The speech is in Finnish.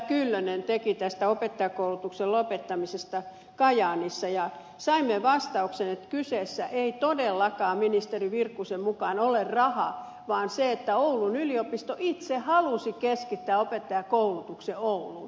kyllönen teki tästä opettajankoulutuksen lopettamisesta kajaanissa ja saimme vastauksen että kyseessä ei todellakaan ministeri virkkusen mukaan ole raha vaan se että oulun yliopisto itse halusi keskittää opettajankoulutuksen ouluun